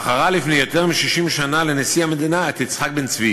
בחרה לפני יותר מ-60 שנה לנשיא המדינה את יצחק בן-צבי,